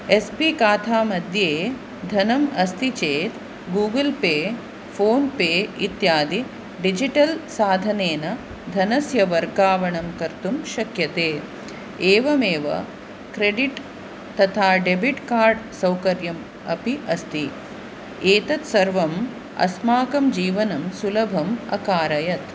S B खाता मध्ये धनम् अस्ति चेत् गूगल् पे फोन् पे इत्यादि डिजिटल् साधनेन धनस्य वर्गावणं कर्तुं शक्यते एवमेव क्रेडिट् तथा डेबिट् कार्ड् सौकर्यम् अपि अस्ति एतत्सर्वम् अस्माकं जीवनं सुलभम् अकारयत्